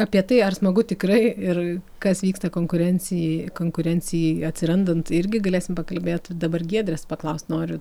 apie tai ar smagu tikrai ir kas vyksta konkurencijai konkurencijai atsirandant irgi galėsim pakalbėti dabar giedrė paklaust noriu